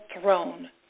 throne